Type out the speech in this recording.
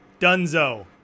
Dunzo